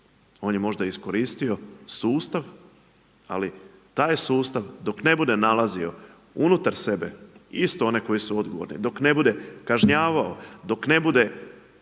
On je možda iskoristio sustav, ali taj je sustav, dok ne bude nalazio unutar sebe, isto one koje su odgovorne, dok ne bude kažnjavao, dok ne bude